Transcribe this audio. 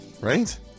Right